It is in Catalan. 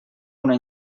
una